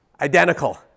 Identical